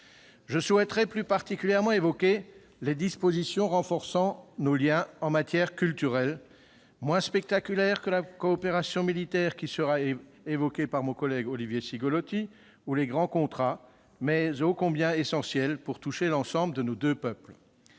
Je souhaiterais plus particulièrement évoquer les dispositions renforçant nos liens en matière culturelle, moins spectaculaires que celles qui ont trait à la coopération militaire- mon collègue Olivier Cigolotti en parlera -ou aux grands contrats, mais ô combien essentielles pour toucher l'ensemble de nos deux peuples.